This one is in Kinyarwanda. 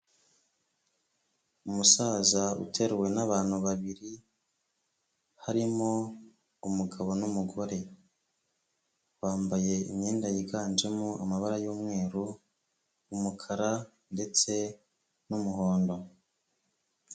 Umusaza uteruwe n'abantu babiri, harimo umugabo n'umugore, bambaye imyenda yiganjemo amabara y'umweru, umukara ndetse n'umuhondo.